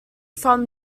from